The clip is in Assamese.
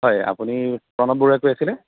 হয় আপুনি প্ৰণব বৰুৱাই কৈ আছেনে